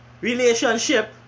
relationship